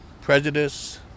prejudice